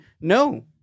No